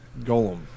golem